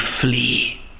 flee